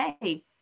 hey